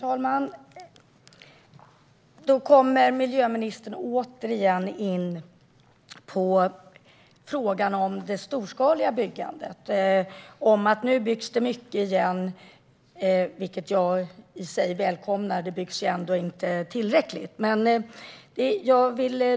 Herr talman! Miljöministern återkommer till frågan om det storskaliga byggandet. Nu byggs det mycket igen, vilket jag i sig välkomnar. Men det byggs ändå inte tillräckligt.